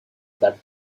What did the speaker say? that